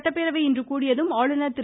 சட்டப்பேரவை இன்று கூடியதும் ஆளுநர் திரு